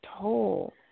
toll